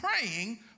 praying